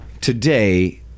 today